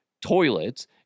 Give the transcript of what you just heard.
toilets